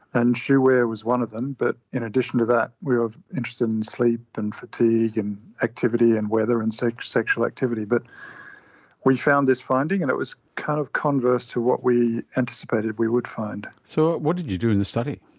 and shoe wear was one of them, but in addition to that we were interested in sleep and fatigue and activity and weather and sexual sexual activity. but we found this finding and it was kind of converse to what we anticipated we would find. so what did you do in this study?